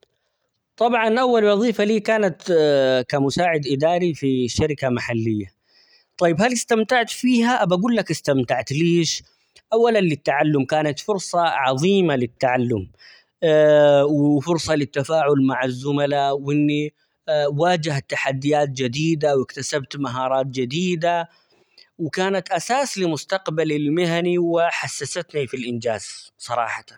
طبعًا أول وظيفة لي كانت كمساعد إداري في شركة محلية ،طيب هل استمتعت فيها؟ أبي أقول لك استمتعت ليش؟ أولًا للتعلم ،كانت فرصة عظيمة للتعلم وفرصة للتفاعل مع الزملاء وإني واجهت تحديات جديدة ،واكتسبت مهارات جديدة ،وكانت أساس لمستقبلي المهني وحسستني في الإنجاز صراحةً.